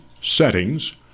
Settings